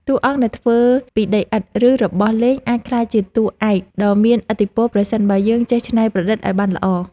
តួអង្គដែលធ្វើពីដីឥដ្ឋ ឬ របស់លេងអាចក្លាយជាតួឯកដ៏មានឥទ្ធិពលប្រសិនបើយើងចេះច្នៃប្រឌិតឱ្យបានល្អ។